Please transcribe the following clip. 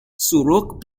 zurück